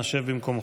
אנא שב במקומך.